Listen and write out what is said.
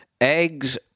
Eggs